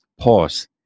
pause